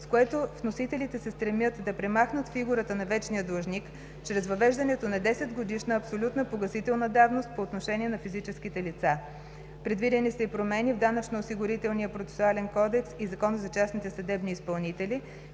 с което вносителите се стремят да премахнат фигурата на „вечния длъжник“ чрез въвеждането на десет годишна абсолютна погасителна давност по отношение на физическите лица. Предвидени са и промени в Данъчно-осигурителния процесуален кодекс и Закона за частните съдебни изпълнители,